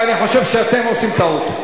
ואני חושב שאתם עושים טעות.